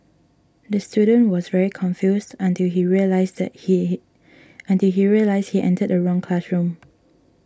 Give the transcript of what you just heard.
the student was very confused until he realised that he until he realised he entered the wrong classroom